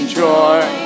joy